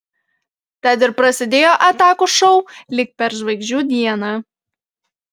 tad ir prasidėjo atakų šou lyg per žvaigždžių dieną